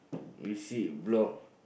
we sit block